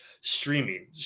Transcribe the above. streaming